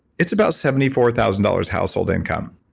it's about seventy four thousand dollars household income.